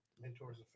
Mentors